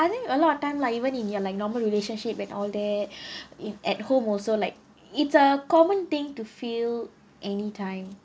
I think a lot of time lah even in your like normal relationship and all that if at home also like it's a common thing to feel anytime